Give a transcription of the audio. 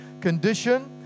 condition